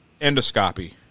endoscopy